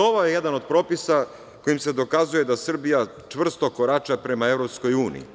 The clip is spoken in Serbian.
Ovo je jedan od propisa kojim se dokazuje da Srbija čvrsto korača prema Evropskoj uniji.